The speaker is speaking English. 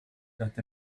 that